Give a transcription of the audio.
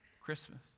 Christmas